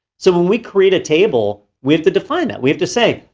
so when we create a table, we have to define that. we have to say,